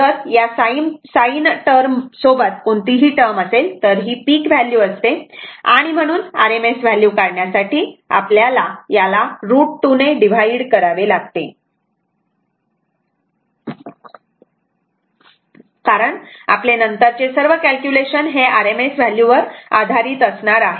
जर या sin term सोबत कोणतीही ही टर्म असेल तर ही पिक व्हॅल्यू असते आणि म्हणून RMS व्हॅल्यू काढण्यासाठी आपल्याला याला √ 2 ने डिव्हाइड करावे लागते कारण आपले नंतरचे सर्व कॅल्क्युलेशन हे RMS व्हॅल्यू वर आधारित असणार आहेत